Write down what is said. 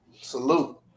salute